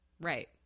Right